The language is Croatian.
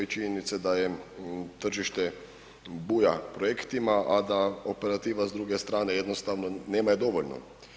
I činjenica je da je tržište buja projektima, a da operativa s druge strane jednostavno nema je dovoljno.